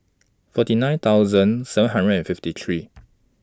forty nine thousand seven hundred and fifty three